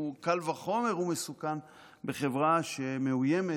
וקל וחומר הוא מסוכן בחברה שמאוימת